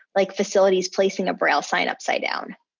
like facilities placing a braille sign upside down.